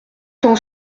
t’en